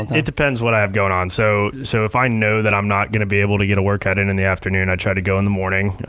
it depends what i have goin' on. so, so if i know that i'm not gonna be able to get a workout in in the afternoon, i try to go in the morning.